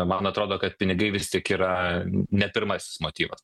man atrodo kad pinigai vis tik yra ne pirmasis motyvas